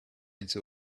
into